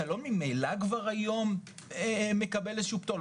לא ממילא כבר היום מקבל איזה שהוא פטור?